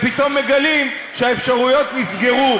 הם פתאום מגלים שהאפשרויות נסגרו,